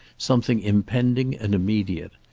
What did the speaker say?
something impending and immediate.